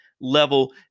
level